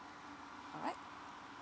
alright